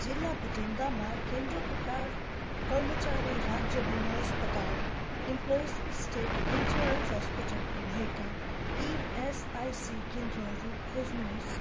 जिल्ला भटिन्डामा केन्द्र प्रकार कर्मचारी राज्य बिमा अस्पताल इम्प्लोइस स्टेट इन्स्योरेन्स हस्पिटल भएका इएसआइसी केन्द्रहरू खोज्नुहोस्